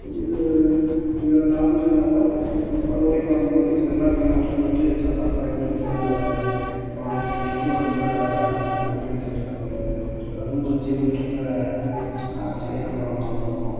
இது இதில் லாபம் இருந்தால் கூட இந்த படுக்கொலைன்னு வரும்போது நல்லா இருக்க மாட்ட போயிட்டு கசாப்பு கடையில் கொடுத்து அதை கொல்றதுன்றது ரொம்ப கொடுமையான செயல் அது அதுவும் ஒரு ஜீவன்றதை அடிக்கடி நம்ம மறந்துடுறோம்